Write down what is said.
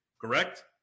correct